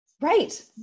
right